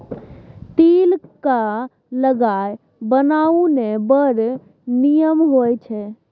तिल क लाय बनाउ ने बड़ निमन होए छै